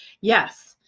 Yes